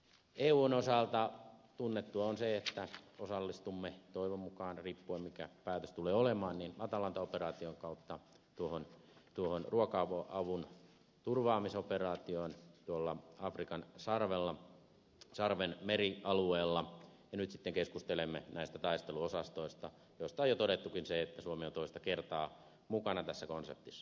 eun osalta tunnettua on se että osallistumme toivon mukaan riippuen mikä päätös tulee olemaan atalanta operaation kautta ruoka avun turvaamisoperaatioon afrikan sarvella sarven merialueella ja nyt sitten keskustelemme näistä taisteluosastoista joista on jo todettukin se että suomi on toista kertaa mukana tässä konseptissa